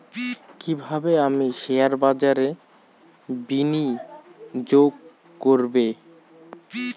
কিভাবে আমি শেয়ারবাজারে বিনিয়োগ করবে?